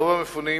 רוב המפונים